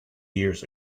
years